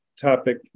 topic